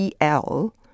EL